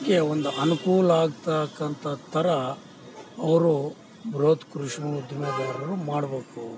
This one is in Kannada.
ಕ್ಕೆ ಒಂದು ಅನುಕೂಲ ಆಗ್ತಕ್ಕಂಥ ಥರ ಅವರು ಬೃಹತ್ ಕೃಷಿ ಉದ್ಯಮಗಳನ್ನು ಮಾಡಬೇಕು